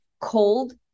cold